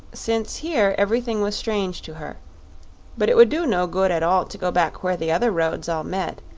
since here everything was strange to her but it would do no good at all to go back where the other roads all met,